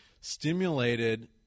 stimulated